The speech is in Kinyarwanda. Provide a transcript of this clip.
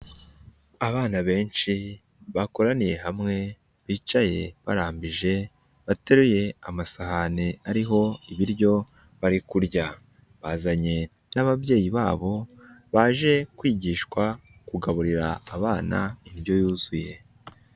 Abana benshi bakoraniye hamwe bicaye baragijeje, bateruye amasahani ariho ibiryo bari kurya, bazanye n'ababyeyi babo baje kwigishwa kugaburira abana indyo yuzuye.